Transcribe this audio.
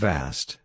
Vast